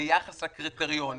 ביחס לקריטריונים,